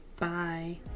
Bye